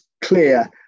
clear